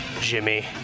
Jimmy